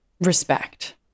respect